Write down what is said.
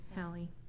Hallie